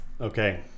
Okay